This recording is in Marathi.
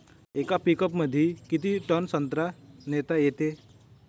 येका पिकअपमंदी किती टन संत्रा नेता येते?